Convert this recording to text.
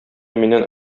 миннән